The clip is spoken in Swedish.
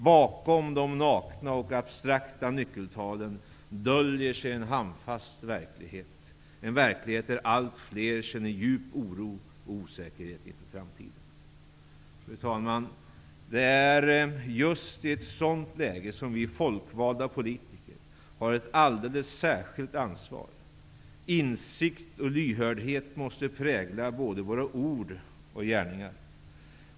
Bakom de nakna och abstrakta nyckeltalen döljer sig en handfast verklighet, en verklighet där allt fler känner djup oro och osäkerhet inför framtiden. Fru talman! Det är just i ett sådant läge som vi folkvalda politiker har ett alldeles särskilt ansvar. Insikt och lyhördhet måste prägla både våra ord och gärningar.